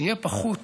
יהיה פחות